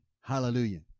Hallelujah